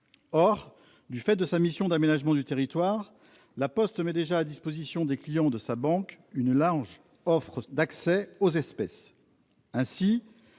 Or, du fait de sa mission d'aménagement du territoire, La Poste met déjà à disposition des clients de sa banque une large offre d'accès aux espèces. Ainsi,